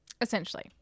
Essentially